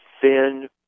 thin